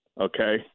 Okay